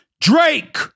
Drake